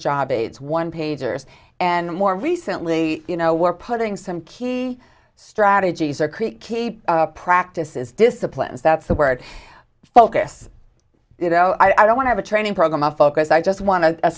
job aids one pagers and more recently you know we're putting some key strategies or creek practices disciplines that's the word focus you know i don't have a training program i focus i just wan